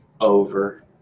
over